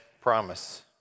promise